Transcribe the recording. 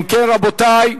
אם כן, רבותי,